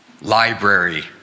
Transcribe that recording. library